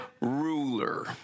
ruler